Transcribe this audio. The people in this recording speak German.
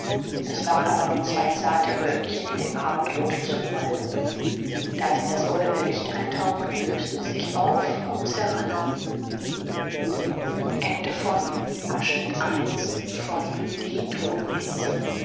es waren aber nur zwei zarte wölkchen die dem abendroth zuwallten da sie in das goldene licht eintauchten lösten sie sich auf und zerrannen